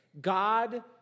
God